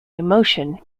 emotion